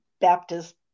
Baptist